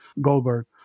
Goldberg